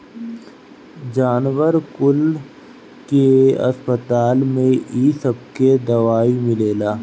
जानवर कुल के अस्पताल में इ सबके दवाई मिलेला